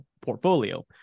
portfolio